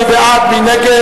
מי בעד?